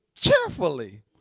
cheerfully